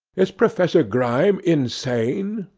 is professor grime insane?